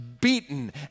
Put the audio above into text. Beaten